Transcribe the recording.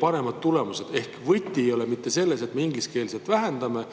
paremad tulemused? Ehk võti ei ole mitte selles, et me ingliskeelset vähendame,